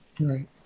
Right